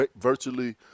virtually